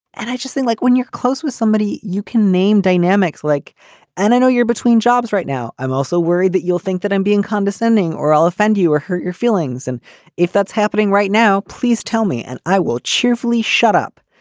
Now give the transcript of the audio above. and i just think, like when you're close with somebody, you can name dynamics like and i know you're between jobs right now. i'm also worried that you'll think that i'm being condescending or i'll offend you or hurt your feelings. and if that's happening right now, please tell me and i will cheerfully shut up.